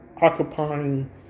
occupying